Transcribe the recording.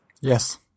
Yes